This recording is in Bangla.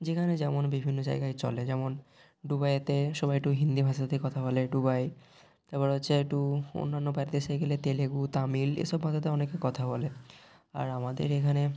যেখানে যেমন বিভিন্ন জায়গায় চলে যেমন দুবাইয়েতে সবাই এক্টু হিন্দি ভাষাতেই কথা বলে দুবাই তারপর হচ্ছে এট্টু অন্যান্য বাইরের দেশে গেলে তেলেগু তামিল এই সব ভাষাতে অনেকে কথা বলে আর আমাদের এখানে